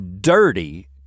dirty